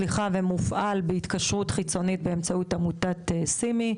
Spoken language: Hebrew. ומופעל בהתקשרות חיצונית באמצעות עמותת סימי.